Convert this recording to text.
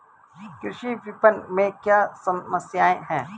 कृषि विपणन में क्या समस्याएँ हैं?